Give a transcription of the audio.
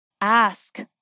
Ask